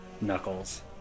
knuckles